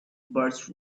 birch